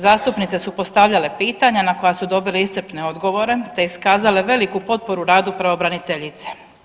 Zastupnice su postavljale pitanja na koja su dobile iscrpne odgovore te iskazale veliku potporu radu pravobraniteljice.